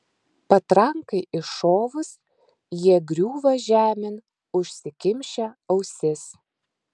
patrankai iššovus jie griūva žemėn užsikimšę ausis